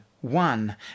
one